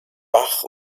bach